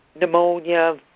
pneumonia